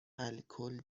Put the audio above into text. الکل